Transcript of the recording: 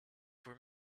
for